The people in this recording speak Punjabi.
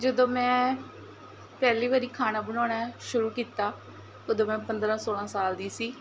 ਜਦੋਂ ਮੈਂ ਪਹਿਲੀ ਵਾਰੀ ਖਾਣਾ ਬਣਾਉਣਾ ਸ਼ੁਰੂ ਕੀਤਾ ਉਦੋਂ ਮੈਂ ਪੰਦਰਾਂ ਸੋਲ੍ਹਾਂ ਸਾਲ ਦੀ ਸੀ